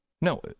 No